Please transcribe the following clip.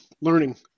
learning